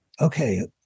Okay